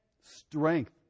Strength